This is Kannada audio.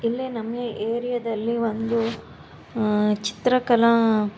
ಇಲ್ಲೇ ನಮ್ಮ ಏರಿಯಾದಲ್ಲಿ ಒಂದು ಚಿತ್ರಕಲಾ